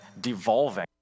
devolving